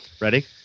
Ready